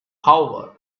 harbour